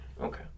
Okay